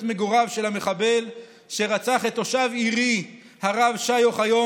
מגוריו של המחבל שרצח את תושב עירי הרב שי אוחיון,